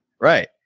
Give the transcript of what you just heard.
right